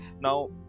Now